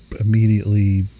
immediately